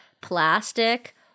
plastic